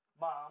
mom